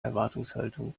erwartungshaltung